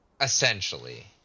Essentially